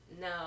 No